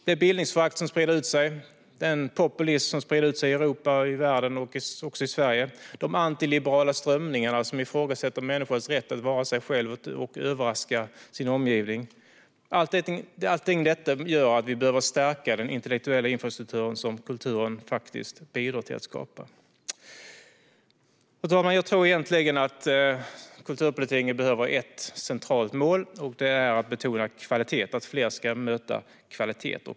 Det bildningsförakt och den populism som sprider sig i Europa, i världen och även i Sverige, de antiliberala strömningar som ifrågasätter människors rätt att vara sig själva och överraska sin omgivning - allt detta gör att vi behöver stärka den intellektuella infrastruktur som kulturen faktiskt bidrar till att skapa. Herr talman! Jag tror egentligen att kulturpolitiken behöver ett centralt mål, och det är att betona kvalitet och att fler ska möta kvalitet.